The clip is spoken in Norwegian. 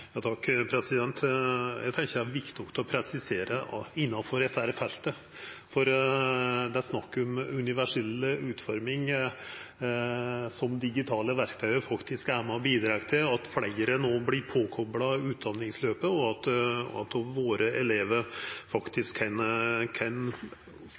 Eg tenkjer det er viktig å presisera innanfor dette feltet at digitale verktøy faktisk er med og bidreg til universell utforming, at fleire no vert påkopla utdanningsløpet, og at elevane våre